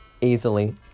Easily